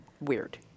weird